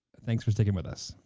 thanks for sticking with us.